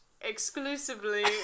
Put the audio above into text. exclusively